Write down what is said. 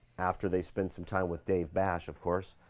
after they spend some time with dave bash of course,